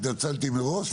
התנצלתי מראש,